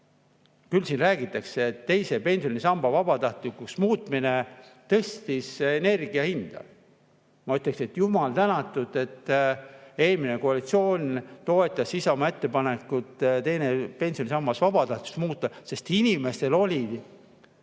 Siin räägitakse, et teise pensionisamba vabatahtlikuks muutmine tõstis energia hinda. Ma ütleksin, et jumal tänatud, et eelmine koalitsioon toetas Isamaa ettepanekut teine pensionisammas vabatahtlikuks muuta, sest inimestel oli